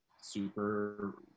super